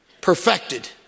perfected